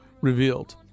revealed